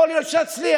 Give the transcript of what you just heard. יכול להיות שאצליח.